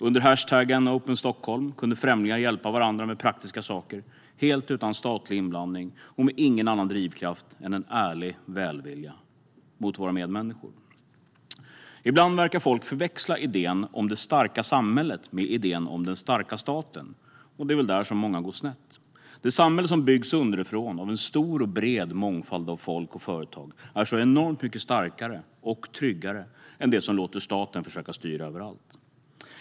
Under hashtaggen openstockholm kunde främlingar hjälpa varandra med praktiska saker, helt utan statlig inblandning och utan någon annan drivkraft än en ärlig välvilja mot medmänniskorna. Ibland verkar folk förväxla idén om det starka samhället med idén om den starka staten. Det är väl där många går snett. Det samhälle som byggs underifrån av en stor och bred mångfald av folk och företag är så enormt mycket starkare och tryggare än det som låter staten försöka styra överallt.